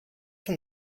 from